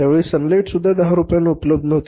त्यावेळी सनलाईट सुद्धा 10 रुपयांना उपलब्ध नव्हते